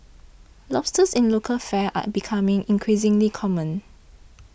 lobsters in local fare are becoming increasingly common